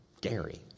Gary